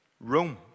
Rome